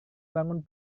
bangun